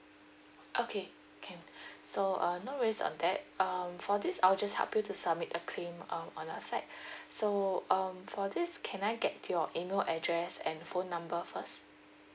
okay can so uh no worries on that um for this I'll just help you to submit a claim um on our side so um for this can I get your email address and phone number first